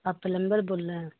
آپ پلمبر بول رہے ہیں